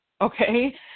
Okay